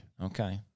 Okay